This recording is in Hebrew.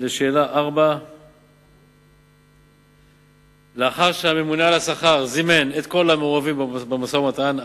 4. לאחר שהממונה על השכר זימן את כל המעורבים במשא-ומתן,